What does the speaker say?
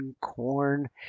corn